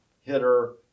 hitter